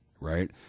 right